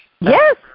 Yes